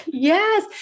Yes